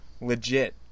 legit